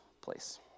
place